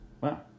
Wow